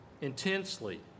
intensely